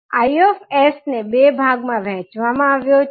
Is ને બે ભાગમાં વહેચવામાં આવ્યો છે